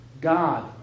God